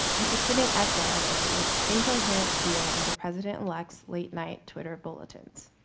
it's a fitting echo of the incoherent zeal of the president-elect's late night twitter bulletins.